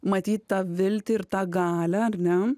matyt tą viltį ir tą galią ar ne